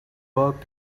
worked